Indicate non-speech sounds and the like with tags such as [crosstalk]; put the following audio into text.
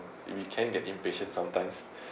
we can get impatient sometimes [breath]